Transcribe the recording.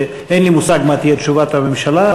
שאין לי מושג מה תהיה תשובת הממשלה,